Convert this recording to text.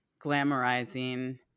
glamorizing